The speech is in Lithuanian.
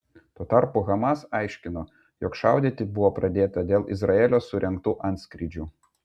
tuo tarpu hamas aiškino jog šaudyti buvo pradėta dėl izraelio surengtų antskrydžių